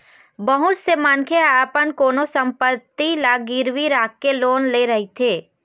बहुत से मनखे ह अपन कोनो संपत्ति ल गिरवी राखके लोन ले रहिथे